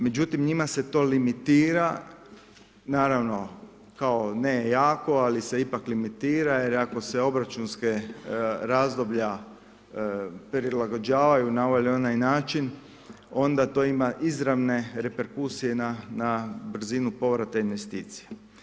Međutim, njima se to limitira, naravno kao ne jako, ali se ipak limitira, jer ako se obračunske razdoblja prilagođavaju na ovaj ili na onaj način, onda to ima izravne reperkusije na brzinu povrata investicija.